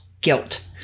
guilt